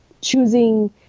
choosing